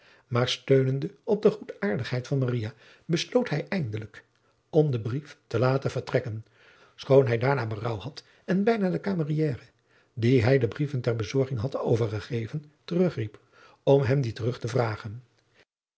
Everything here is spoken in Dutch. maar steunende op de goedaardigheid van maria besloot hij eindelijk om den brief te laten vertrekken schoon hij daarna berouw had en bijna den cameriere dien hij de brieven ter bezorging had overgegeven terug riep om hem die terug te vragen